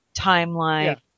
timeline